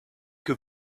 que